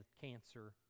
cancer